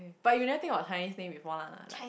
but you never think of Chinese thing before lah like